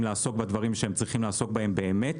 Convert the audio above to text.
לעסוק בדברים שהם צריכים לעסוק בהם באמת.